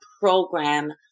program